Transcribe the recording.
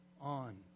on